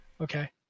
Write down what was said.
Okay